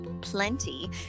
plenty